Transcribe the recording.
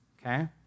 okay